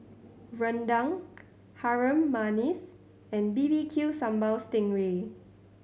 rendang Harum Manis and B B Q Sambal sting ray